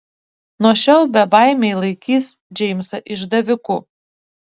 nuo šiol bebaimiai laikys džeimsą išdaviku